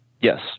Yes